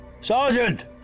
Sergeant